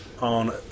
on